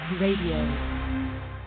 Radio